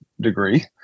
degree